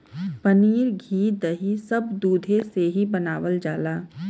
पनीर घी दही सब दुधे से ही बनावल जाला